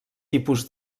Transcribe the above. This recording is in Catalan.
tipus